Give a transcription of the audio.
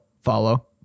follow